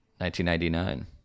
1999